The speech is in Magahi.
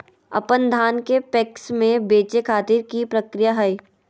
अपन धान के पैक्स मैं बेचे खातिर की प्रक्रिया हय?